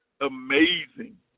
amazing